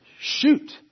Shoot